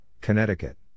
Connecticut